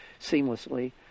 seamlessly